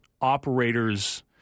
operator's